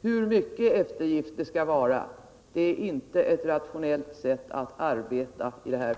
bedöma hur stor eftergiften skall vara. Det är inte ett rationellt sätt att arbeta.